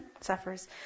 suffers